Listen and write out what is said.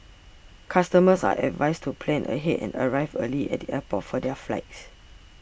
customers are advised to plan ahead and arrive early at the airport for their flights